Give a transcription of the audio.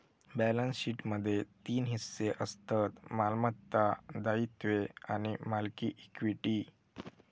balance शीटमध्ये तीन हिस्से असतत मालमत्ता, दायित्वे आणि मालकी इक्विटी